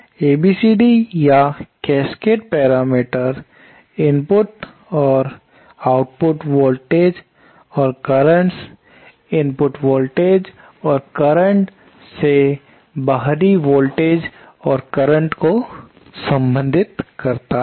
ABCD या cascade parameter input और output voltage और कर्रेंटस इनपुट वोल्टेज और करंट से भारी वोल्टेज और करंट को संबंधित करता है